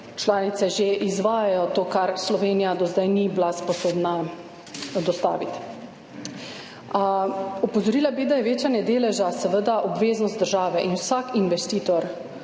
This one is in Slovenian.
članice že izvajajo to, kar Slovenija do zdaj ni bila sposobna dostaviti. Opozorila bi, da je večanje deleža seveda obveznost države in vsak investitor,